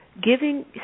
Giving